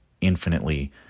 infinitely